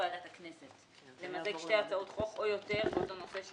ועדת הכנסת למזג שתי הצעות חוק או יותר באותו נושא,